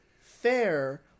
fair